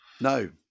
No